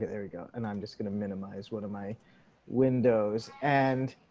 there we go. and i'm just going to minimize what am i windows and